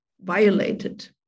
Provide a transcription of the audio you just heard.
violated